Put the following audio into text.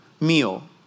meal